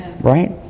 Right